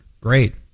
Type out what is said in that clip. Great